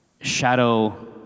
Shadow